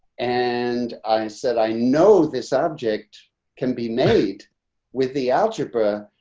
and i said, i know this object can be made with the algebra.